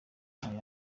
ubikora